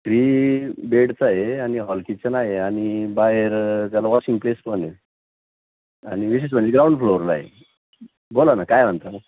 three बेडचा आहे आणि हॉल किचन आहे आणि बाहेर त्याला वॉशिंग पेस पण आहे आणि विशेष म्हणजे ग्राउंड फ्लोरला आहे बोला ना काय म्हणता